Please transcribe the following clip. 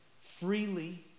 freely